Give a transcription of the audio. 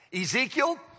Ezekiel